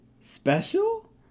Special